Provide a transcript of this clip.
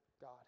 God